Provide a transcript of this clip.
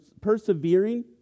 persevering